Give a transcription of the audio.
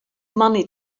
money